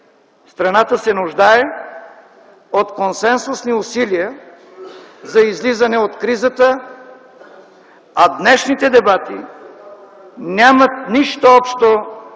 Страната се нуждае от консенсусни усилия за излизане от кризата, а днешните дебати нямат нищо общо